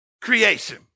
creation